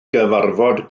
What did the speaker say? gyfarfod